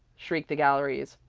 shrieked the galleries.